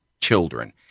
children